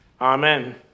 Amen